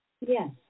Yes